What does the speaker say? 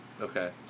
Okay